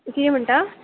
किदें म्हणटा